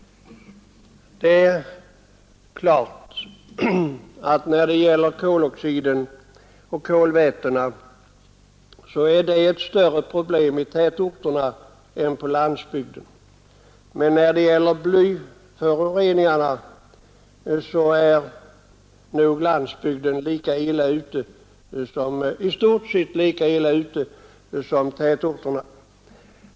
Självfallet är koloxiden och kolvätena ett större problem i tätorterna än på landsbygden, men när det gäller blyföroreningarna är nog landsbygden i stort sett lika illa ute som tätorterna.